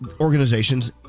organizations